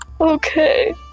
okay